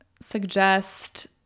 suggest